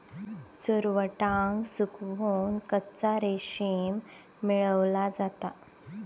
सुरवंटाक सुकवन कच्चा रेशीम मेळवला जाता